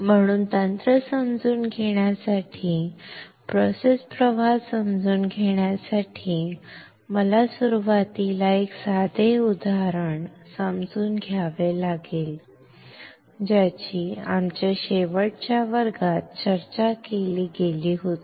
म्हणून तंत्र समजून घेण्यासाठी प्रोसेस प्रवाह समजून घेण्यासाठी मला सुरुवातीला एक साधे उदाहरण समजून घ्यावे लागेल ज्याची आमच्या शेवटच्या वर्गात चर्चा केली गेली होती